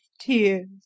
tears